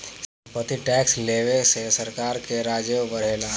सम्पत्ति टैक्स लेवे से सरकार के राजस्व बढ़ेला